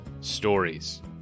stories